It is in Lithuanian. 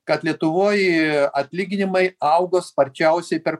kad lietuvoj atlyginimai augo sparčiausiai per